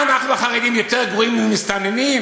מה, אנחנו החרדים יותר גרועים ממסתננים?